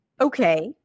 Okay